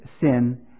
sin